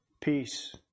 peace